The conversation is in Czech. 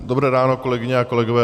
Dobré ráno, kolegyně a kolegové.